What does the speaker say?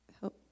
help